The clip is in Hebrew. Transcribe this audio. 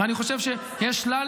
אני חושב שיש שלל